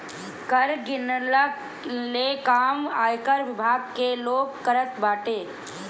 कर गिनला ले काम आयकर विभाग के लोग करत बाटे